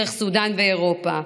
דרך סודאן ואירופה,